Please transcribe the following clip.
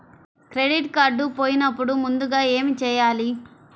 Credit card పోయినపుడు ముందుగా ఏమి చేయాలి?